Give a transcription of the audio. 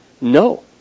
No